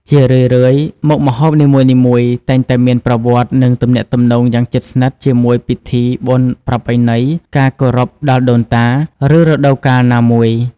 ជារឿយៗ មុខម្ហូបនីមួយៗតែងតែមានប្រវត្តិ និងទំនាក់ទំនងយ៉ាងជិតស្និទ្ធជាមួយពិធីបុណ្យប្រពៃណី ការគោរពដល់ដូនតា ឬរដូវកាលណាមួយ។